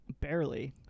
Barely